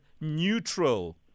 neutral